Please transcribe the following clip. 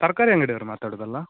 ತರಕಾರಿ ಅಂಗಡಿಯವ್ರು ಮಾತಾಡೋದಲ್ಲ